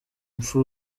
mpfu